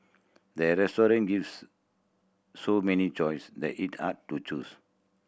the gives so many choice that it hard to choose